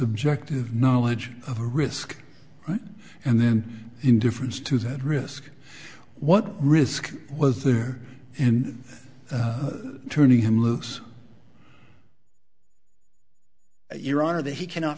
subjective knowledge of a risk right and then indifference to that risk what risk was there and turning him loose your honor that he cannot